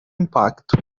impacto